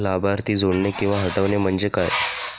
लाभार्थी जोडणे किंवा हटवणे, म्हणजे काय?